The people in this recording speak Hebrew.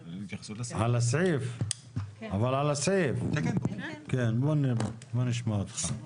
כן, בוא נשמע אותך.